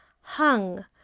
hung